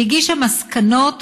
והגישה מסקנות,